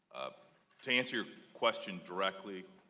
to answer your question directly